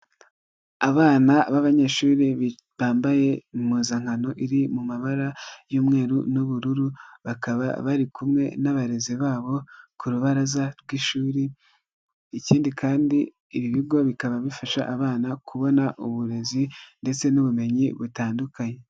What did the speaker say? Abana b'abanyeshuri bambaye impuzankano iri mu mabara y'umweru n'ubururu, bakaba bari kumwe n'abarezi babo ku rubaraza rw'ishuri, ikindi kandi ibi bigo bikaba bifasha abana kubona uburezi ndetse n'ubumenyi, butandukanye.